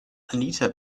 anita